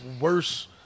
worse